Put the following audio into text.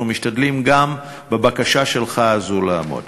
אנחנו משתדלים גם בבקשה הזו שלך לעמוד.